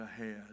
ahead